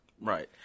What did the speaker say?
Right